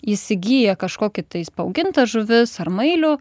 įsigiję kažkokį tais paaugintas žuvis ar mailių